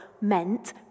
meant